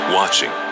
watching